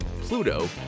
Pluto